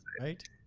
Right